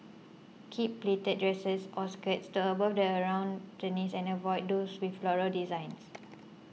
keep pleated dresses or skirts to above the around your knees and avoid those with floral designs